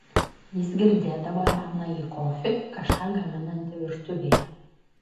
jis girdėdavo jaunąjį kofį kažką gaminantį virtuvėje